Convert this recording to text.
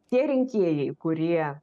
tie rinkėjai kurie